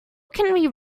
can